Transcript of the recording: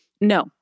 No